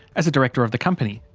as a director of the company.